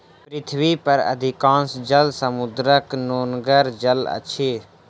पृथ्वी पर अधिकांश जल समुद्रक नोनगर जल अछि